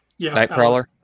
Nightcrawler